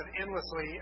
endlessly